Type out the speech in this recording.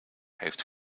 heeft